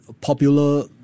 popular